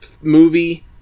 movie